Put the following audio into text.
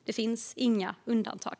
Det finns inga undantag.